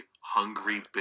hungry